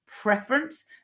preference